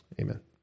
Amen